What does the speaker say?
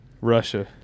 Russia